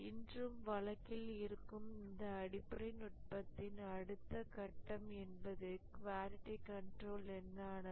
இன்றும் வழக்கில் இருக்கும் இந்த அடிப்படை நுட்பத்தின் அடுத்த கட்டம் என்பது குவாலிட்டி கன்ட்ரோல் என்றானது